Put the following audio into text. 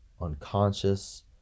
unconscious